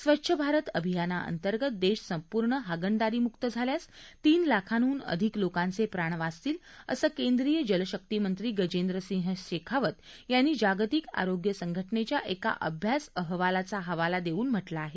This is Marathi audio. स्वच्छ भारत अभियानाअंतर्गत देश संपूर्ण हागणदारीमुक्त झाल्यास तीन लाखांहून अधिक लोकांचे प्राण वाचतील असं केंद्रीय जलशक्ती मंत्री गजेंद्रसिंह शेखावत यांनी जागतिक आरोग्य संघटनेच्या एका अभ्यास अहवालाचा हवाला देऊन म्हटलं आहे